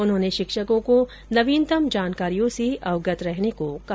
उन्होंने शिक्षकों को नवीनतम जानकारियों से अवगत रहने को कहा